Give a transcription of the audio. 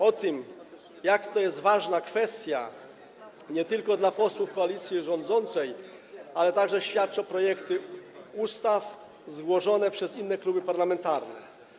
O tym, jak ważna jest to kwestia nie tylko dla posłów koalicji rządzącej, ale także innych, świadczą projekty ustaw złożone przez inne kluby parlamentarne.